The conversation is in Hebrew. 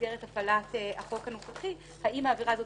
במסגרת הפעלת החוק הנוכחי האם העבירה הזאת